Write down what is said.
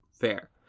fair